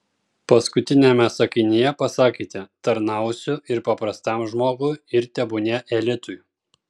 paskutiniame sakinyje pasakėte tarnausiu ir paprastam žmogui ir tebūnie elitui